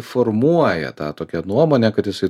formuoja tą tokią nuomonę kad jisai